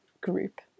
group